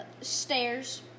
stairs